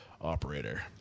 operator